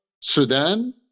Sudan